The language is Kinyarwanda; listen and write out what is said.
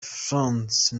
france